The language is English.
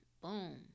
Boom